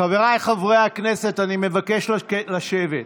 חבריי חברי הכנסת, אני מבקש לשבת.